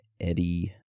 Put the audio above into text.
Eddie